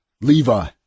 Levi